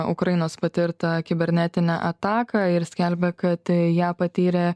ukrainos patirtą kibernetinę ataką ir skelbia kad ją patyrė